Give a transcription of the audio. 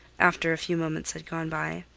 after a few moments had gone by.